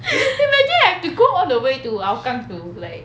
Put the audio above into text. imagine I have to go all the way to hougang to like